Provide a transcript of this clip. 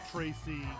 Tracy